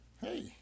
Hey